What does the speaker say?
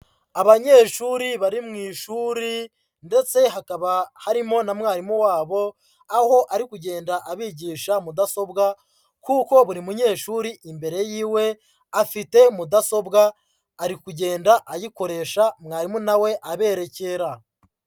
Abanyeshuri bari mu ishuri ndetse hakaba harimo na mwarimu wabo, aho ari kugenda abigisha mudasobwa kuko buri munyeshuri imbere yiwe, afite mudasobwa ari kugenda ayikoresha, mwarimu nawe aberekera.